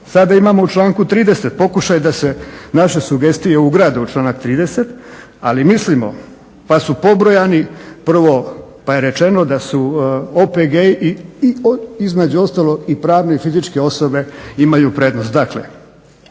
Sada imamo u članku 30. pokušaj da se naše sugestije ugrade u članak 30., ali mislimo pa su pobrojani prvo pa je rečeno da su OPG-i između ostalog i pravne i fizičke osobe imaju prednost.